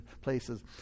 places